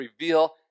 reveal